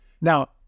Now